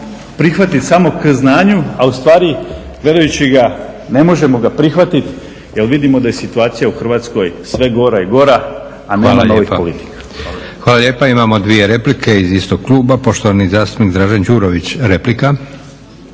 prihvatiti samo k znanju, a u stvari gledajući ga ne možemo ga prihvatiti jer vidimo da je situacija u Hrvatskoj sve gora i gora, a nema novih politika. **Leko, Josip (SDP)** Hvala lijepa. Imamo dvije replike iz istog kluba. Poštovani zastupnik Dražen Đurović, replika.